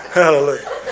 hallelujah